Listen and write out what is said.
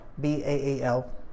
B-A-A-L